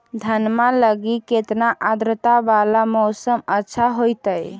धनमा लगी केतना आद्रता वाला मौसम अच्छा होतई?